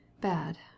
Bad